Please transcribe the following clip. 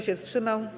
się wstrzymał?